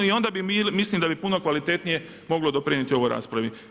I onda mislim da bi puno kvalitetnije moglo doprinijeti ovoj raspravi.